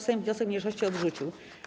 Sejm wniosek mniejszości odrzucił.